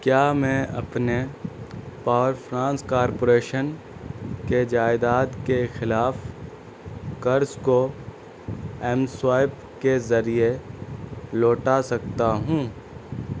کیا میں اپنے پاور فنانس کارپوریشن کے جائیداد کے خلاف قرض کو ایم سویپ کے ذریعے لوٹا سکتا ہوں